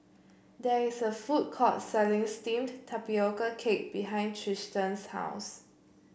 there is a food court selling steamed Tapioca Cake behind Triston's house